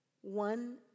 One